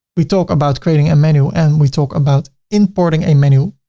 we talked about creating a menu and we talked about importing a menu.